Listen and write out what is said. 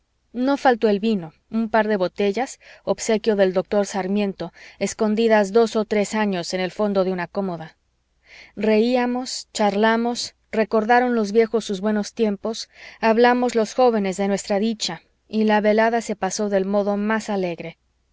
no faltó el vino un par de botellas obsequio del doctor sarmiento escondidas dos o tres años en el fondo de una cómoda reiamos charlamos recordaron los viejos sus buenos tiempos hablamos los jóvenes de nuestra dicha y la velada se pasó del modo más alegre